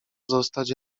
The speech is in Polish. zostać